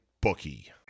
bookie